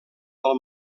del